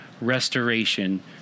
restoration